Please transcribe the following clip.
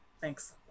Thanks